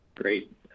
Great